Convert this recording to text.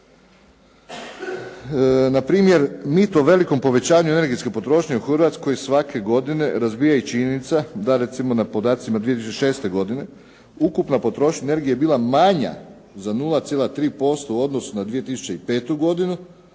Npr. mit o velikom povećanju energetske potrošnje u Hrvatskoj svake godine razbija i činjenica da recimo na podacima iz 2006. godine ukupna potrošnja energije je bila manja za 0,3% u odnosu na 2005. godinu,